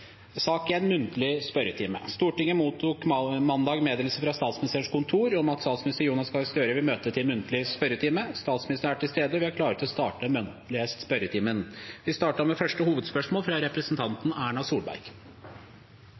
Stortinget mottok mandag meddelelse fra Statsministerens kontor om at statsminister Jonas Gahr Støre vil møte til muntlig spørretime. Statsministeren er til stede, og vi er klare til å starte den muntlige spørretimen. Vi starter da med første hovedspørsmål, fra representanten Erna Solberg.